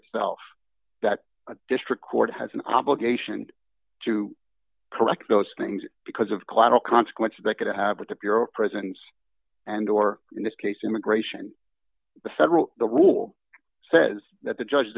itself that a district court has an obligation to correct those things because of collateral consequences that could have with the bureau of prisons and or in this case immigration the federal rule says that the judge